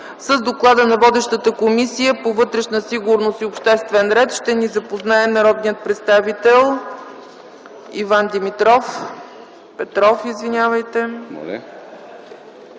С доклада на водещата Комисия по вътрешна сигурност и обществен ред ще ни запознае народния представител Иван Петров.